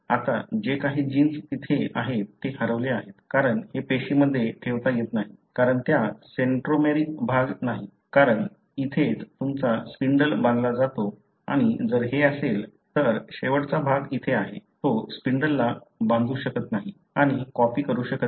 आता जे काही जिन्स तिथे आहेत ते हरवले आहेत कारण हे पेशीमध्ये ठेवता येत नाही कारण त्यात सेंट्रोमेरिक भाग नाही कारण इथेच तुमचा स्पिंडल बांधला जातो आणि जर हे असेल तर शेवटचा भाग इथे आहे तो स्पिंडलला बांधू शकत नाही आणि कॉपी करू शकत नाही